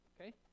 Okay